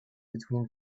between